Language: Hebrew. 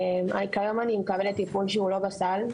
כיום אני מקבלת טיפול שהוא לא בסל,